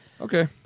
Okay